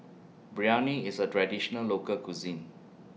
Biryani IS A Traditional Local Cuisine